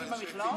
לשים במכלאות?